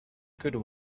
good